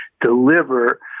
deliver